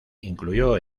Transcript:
incluyó